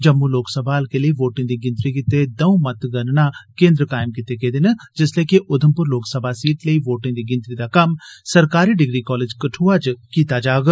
जम्मू लोकसभा हलके लेई वोटे दी गिनतरी गितै दौं मतगणना केन्द्र कायम कीते गे न जिल्ले के उधमप्र लोकसभा सीट लेई वोटें दी गिनतरी दा कम्म सरकारी डिग्री कालेज कठ्आ च कीता जाग